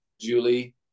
Julie